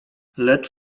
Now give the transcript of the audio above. lecz